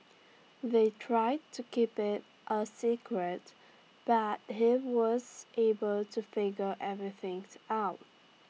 they tried to keep IT A secret but he was able to figure everythings out